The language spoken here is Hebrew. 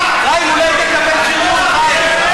חיים, אולי תקבל שדרוג.